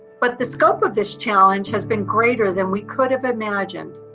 but the scope of this challenge has been greater than we could have imagined,